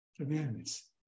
commandments